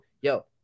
yo